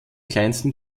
kleinsten